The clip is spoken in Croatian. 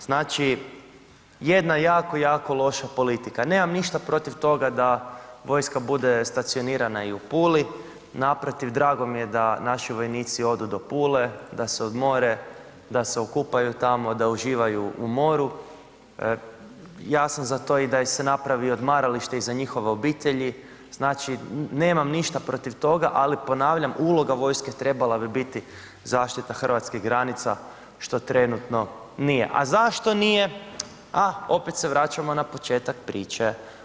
Znači jedna jako, jako loša politika, nemam ništa protiv tog da vojska bude stacionirana i u Puli, naprotiv, drago mi je da naši vojnici odu do Pule, da se odmore, da se okupaju tamo, da uživaju u moru, ja sam za to i da im se napravi odmaralište i za njihove obitelji, znači nemam ništa protiv toga ali ponavljam, uloga vojske trebala bi biti zaštita hrvatskih granica što trenutno nije a zašto nije, a, opet se vraćamo na početak priče.